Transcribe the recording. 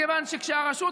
כשהרשות,